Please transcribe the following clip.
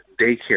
daycare